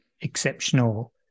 exceptional